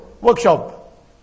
workshop